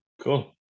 Cool